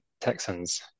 Texans